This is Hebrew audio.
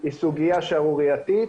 היא סוגיה שערורייתית